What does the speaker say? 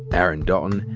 aaron dalton,